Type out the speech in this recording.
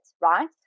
right